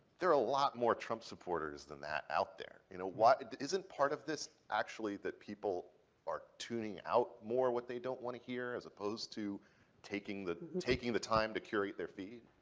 there are a lot more trump supporters than that out there. you know what isn't part of this actually that people are tuning out more what they don't want to hear as opposed to taking the taking the time to curate their feed?